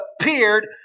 appeared